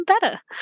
better